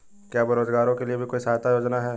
क्या बेरोजगारों के लिए भी कोई सहायता योजना है?